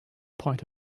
point